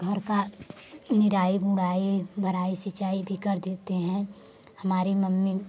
घर का निराई गुड़ाई भराई सिंचाई भी कर देते हैं हमारी मम्मी